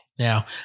Now